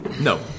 No